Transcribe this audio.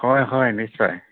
হয় হয় নিশ্চয়